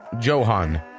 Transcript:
Johan